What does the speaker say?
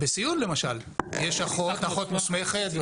ולכן יש הפרדה בין המצב המלחמתי לבין המצב האזרחי,